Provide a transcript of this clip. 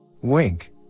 Wink